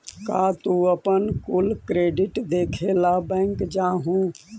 का तू अपन कुल क्रेडिट देखे ला बैंक जा हूँ?